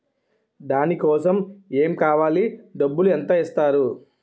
దాని కోసం ఎమ్ కావాలి డబ్బు ఎంత ఇస్తారు?